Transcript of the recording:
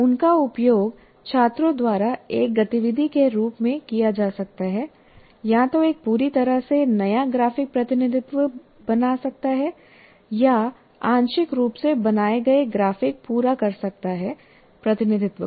उनका उपयोग छात्रों द्वारा एक गतिविधि के रूप में किया जा सकता है या तो एक पूरी तरह से नया ग्राफिक प्रतिनिधित्व बना सकता है या आंशिक रूप से बनाए गए ग्राफिक पूरा कर सकता है प्रतिनिधित्व को